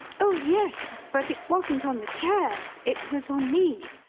oh, yes, but it wasn't on the chair it was on me.